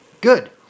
good